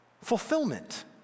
fulfillment